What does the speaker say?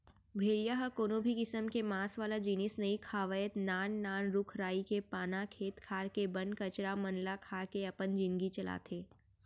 भेड़िया ह कोनो भी किसम के मांस वाला जिनिस नइ खावय नान नान रूख राई के पाना, खेत खार के बन कचरा मन ल खा के अपन जिनगी चलाथे